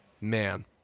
man